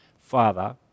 father